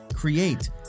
Create